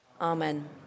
amen